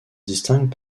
distinguent